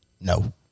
No